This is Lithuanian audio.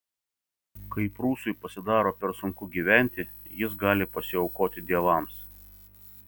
kai prūsui pasidaro per sunku gyventi jis gali pasiaukoti dievams